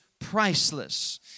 priceless